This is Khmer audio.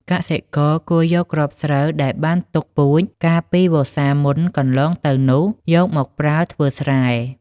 កសិករគួរយកគ្រាប់ស្រូបដែលបានទុកពូជកាលពីវស្សាមុនកន្លងទៅនោះយកមកប្រើធ្វើស្រែ។